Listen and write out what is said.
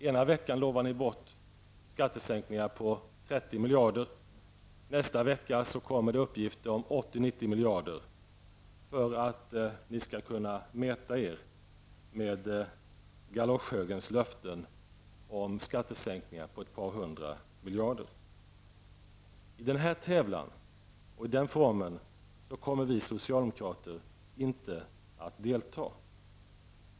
Ena veckan lovar ni skattesänkningar på 30 miljarder kronor, nästa vecka kommer det uppgifter om 80--90 miljarder kronor för att ni skall kunna mäta er med galoschhögerns löften om skattesänkningar på ett par hundra miljarder kronor. I den tävlan och med formeln kommer vi socialdemokrater inte att delta.